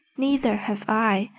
neither have i,